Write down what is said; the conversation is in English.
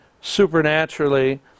supernaturally